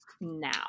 now